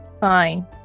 Fine